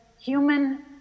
human